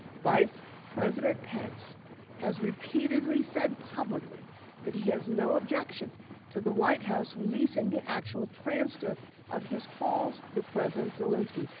vice president pence has repeatedly said publicly that he has no objection to the white house releasing the actual transcript of his call with president zelensky.